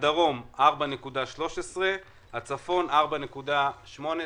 בדרום 4.13 ובצפון 4.8,